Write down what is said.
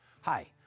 Hi